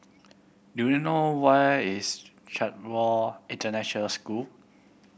do you know where is Chatsworth International School